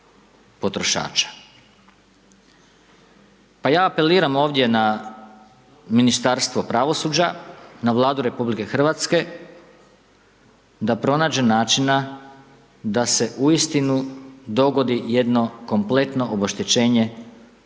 potrošača. Pa ja apeliram ovdje na Ministarstvo pravosuđa, na Vladu RH, da pronađe načina da se uistinu dogodi jedno kompletno obeštećenje